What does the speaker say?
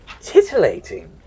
titillating